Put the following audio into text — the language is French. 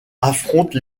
affrontent